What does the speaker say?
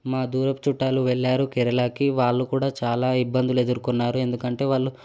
మా దూరపు చుట్టాలు వెళ్ళారు కేరళాకి వాళ్ళు కూడా చాలా ఇబ్బందులు ఎదుర్కున్నారు ఎందుకంటే వాళ్ళు